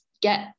get